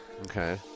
Okay